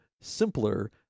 simpler